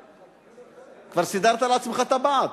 כבר סידרת לעצמך טבעת?